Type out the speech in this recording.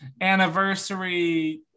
anniversary